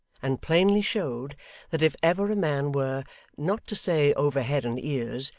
and plainly showed that if ever a man were not to say over head and ears,